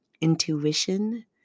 intuition